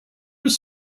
was